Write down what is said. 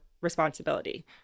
responsibility